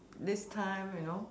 this time you know